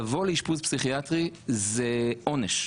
לבוא לאשפוז פסיכיאטרי זה עונש.